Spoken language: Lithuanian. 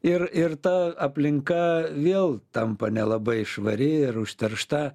ir ir ta aplinka vėl tampa nelabai švari ir užteršta